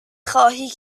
خواهی